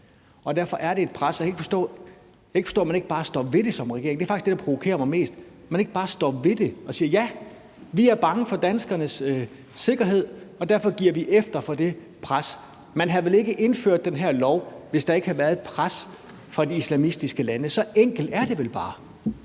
Derfor er det et pres, og jeg kan ikke forstå, at man ikke bare står ved det som regering. Det er faktisk det, der provokerer mig mest – at man ikke bare står ved det og siger: Ja, vi er bange for danskernes sikkerhed, og derfor giver vi efter for det pres. Man havde vel ikke indført den her lov, hvis der ikke havde været et pres fra de islamistiske lande. Så enkelt er det vel bare.